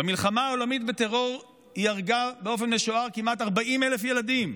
במלחמה העולמית בטרור היא הרגה באופן משוער כמעט 40,000 ילדים,